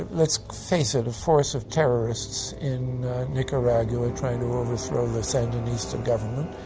let's face it, a force of terrorists in nicaragua trying to overthrow the sandinista government.